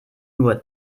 nur